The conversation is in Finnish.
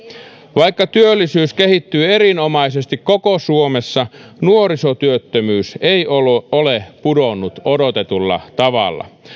vaikka työllisyys kehittyy erinomaisesti koko suomessa nuorisotyöttömyys ei ole ole pudonnut odotetulla tavalla